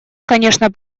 конечно